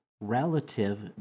relative